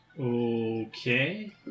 Okay